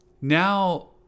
Now